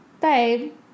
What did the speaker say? babe